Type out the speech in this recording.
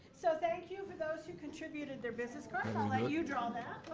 so thank you for those who contributed their business cards. i'll let you draw that,